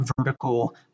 vertical